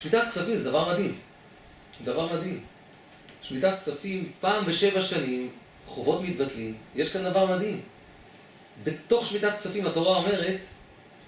שמיטת כספים זה דבר מדהים, זה דבר מדהים, שמיטת כספים, פעם בשבע שנים חובות מתבטלים, יש כאן דבר מדהים, בתוך שמיטת כספים התורה אומרת...